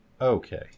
Okay